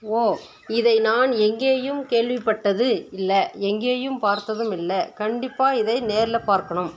ஓ இதை நான் எங்கேயும் கேள்விப்பட்டது இல்லை எங்கேயும் பார்த்ததும் இல்லை கண்டிப்பாக இதை நேரில் பார்க்கணும்